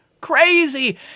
Crazy